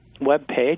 webpage